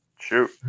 shoot